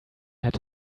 had